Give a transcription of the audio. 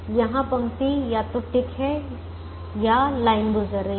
यहां पंक्ति या तो टिक है या लाइन गुजर रही है